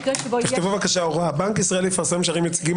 תכתבו בבקשה הוראה לפיה בנק ישראל יפרסם שערים יציגים